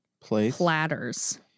platters